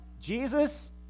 Jesus